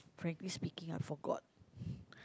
frankly speaking I forgot